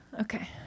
Okay